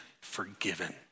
forgiven